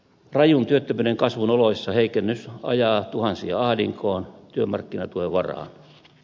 rajun työttömyyden kasvun oloissa heikennys ajaa tuhansia ahdinkoon työmarkkinatuen varaan